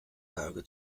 tage